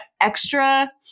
extra